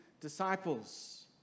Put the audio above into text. disciples